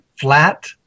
flat